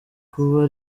kuba